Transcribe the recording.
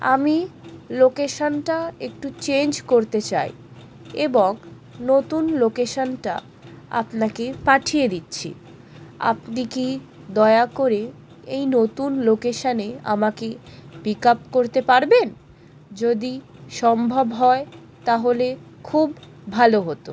আমি লোকেশানটা একটু চেঞ্জ করতে চাই এবং নতুন লোকেশানটা আপনাকে পাঠিয়ে দিচ্ছি আপনি কি দয়া করে এই নতুন লোকেশানে আমাকে পিক আপ করতে পারবেন যদি সম্ভব হয় তাহলে খুব ভালো হতো